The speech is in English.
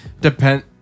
Depend